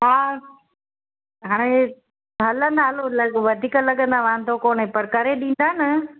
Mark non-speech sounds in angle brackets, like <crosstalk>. हा हाणे <unintelligible> वधीक लॻंदा वांदो कोने पर करे ॾींदा न